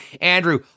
Andrew